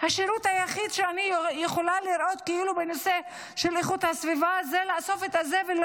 השירות היחיד שאני יכולה לראות בנושא של איכות הסביבה זה לאסוף את הזבל,